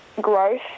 growth